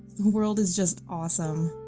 world is just awesome.